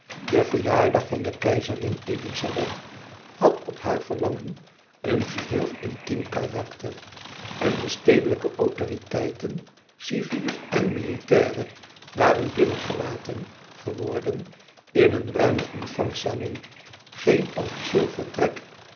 de verjaardag van de keizerin elizabeth had op haar verlangen een geheel intiem karakter en de stedelijke autoriteiten civiele en militaire waren binnengelaten geworden in een ruimen ontvangsalon geen officieel vertrek